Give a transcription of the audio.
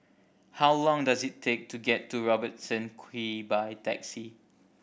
how long does it take to get to Robertson Quay by taxi